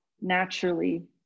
naturally